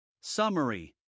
Summary